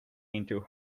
into